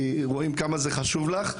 רואים כמה זה חשוב לך.